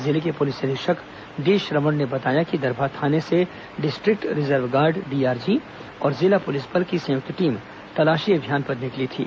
जिले के पुलिस अधीक्षक डी श्रवण ने बताया कि दरभा थाने से डिस्ट्रिक्ट रिजर्व गार्ड डीआरजी और जिला पुलिस बल की संयुक्त टीम तलाशी अभियान पर निकली थी